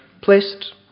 placed